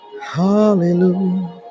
Hallelujah